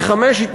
פי-חמישה,